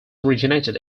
originated